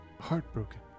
heartbroken